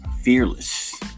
fearless